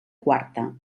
quarta